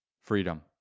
freedom